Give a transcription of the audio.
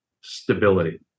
stability